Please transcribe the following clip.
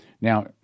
Now